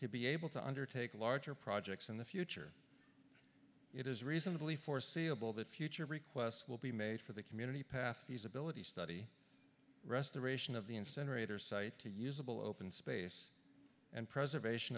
to be able to undertake larger projects in the future it is reasonably foreseeable that future requests will be made for the community path feasibility study restoration of the incinerator site to usable open space and preservation